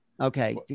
Okay